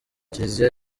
kiliziya